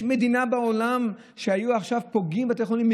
יש מדינה בעולם שבה היו עכשיו פוגעים בבתי חולים?